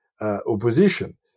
opposition